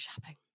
shopping